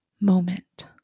moment